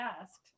asked